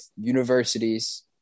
universities